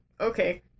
Okay